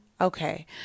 Okay